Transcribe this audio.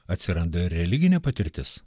atsiranda religinė patirtis